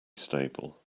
stable